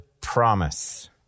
promise